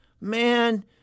Man